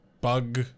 bug